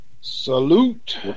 Salute